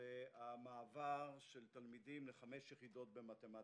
זה המעבר של תלמידים ל-5 יחידות במתמטיקה.